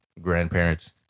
grandparents